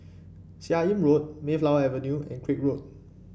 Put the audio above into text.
Seah Im Road Mayflower Avenue and Craig Road